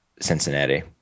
Cincinnati